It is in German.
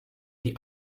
die